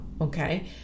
Okay